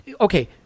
okay